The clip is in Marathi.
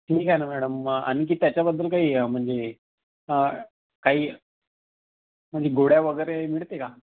ठीक आहे ना मॅडम मग आणखी त्याच्याबद्दल काही म्हणजे काही म्हणजे गोळ्या वगैरे मिळते का